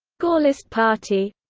gaullist party